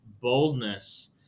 boldness